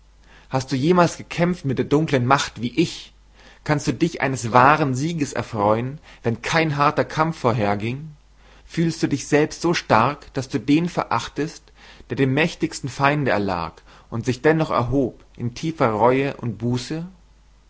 hast du jemals gekämpft mit der dunklen macht wie ich kannst du dich eines wahren sieges erfreuen wenn kein harter kampf vorherging fühlst du dich selbst so stark daß du den verachtest der dem mächtigsten feinde erlag und sich dennoch erhob in tiefer reue und buße